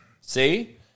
See